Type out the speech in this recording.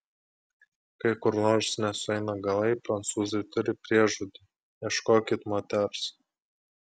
kai kur nors nesueina galai prancūzai turi priežodį ieškokit moters